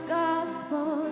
gospel